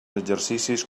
exercicis